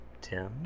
Tim